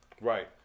Right